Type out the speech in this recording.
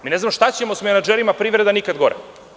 Mi ne znamo šta ćemo sa menadžerima, a privreda nikad gora.